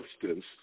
substance